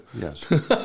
Yes